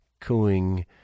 cooing